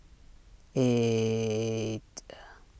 eight